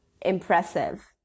impressive